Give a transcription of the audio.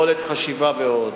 יכולת חשיבה ועוד.